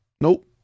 Nope